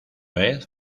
vez